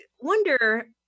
wonder